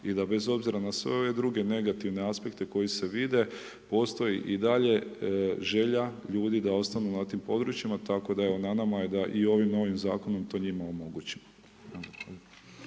i da bez obzira na sve ove druge negativne aspekte koji se vide, postoji i dalje želja ljudi da ostanu na tim područjima, tako da evo, na nama je da i ovim novim Zakonom to njima omogućimo.